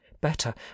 better